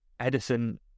Edison